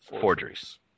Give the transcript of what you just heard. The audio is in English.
forgeries